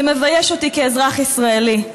זה מבייש אותי כאזרח ישראלי.